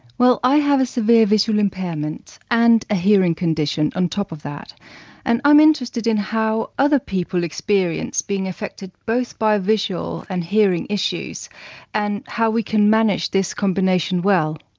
i have a severe visual impairment and a hearing condition on top of that and i'm interested in how other people experience being affected both by visual and hearing issues and how we can manage this combination well.